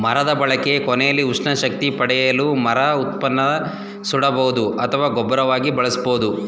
ಮರದ ಬಳಕೆ ಕೊನೆಲಿ ಉಷ್ಣ ಶಕ್ತಿ ಪಡೆಯಲು ಮರದ ಉತ್ಪನ್ನನ ಸುಡಬಹುದು ಅಥವಾ ಗೊಬ್ಬರವಾಗಿ ಬಳಸ್ಬೋದು